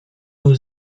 był